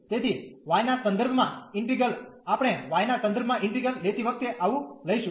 તેથી y ના સંદર્ભમાં ઈન્ટિગ્રલ આપણે y ના સંદર્ભમાં ઈન્ટિગ્રલ લેતી વખતે આવું લઈશું